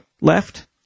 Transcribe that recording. left